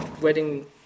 wedding